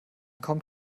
kommt